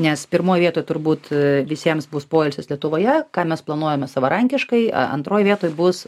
nes pirmoj vietoj turbūt visiems bus poilsis lietuvoje ką mes planuojame savarankiškai antroj vietoj bus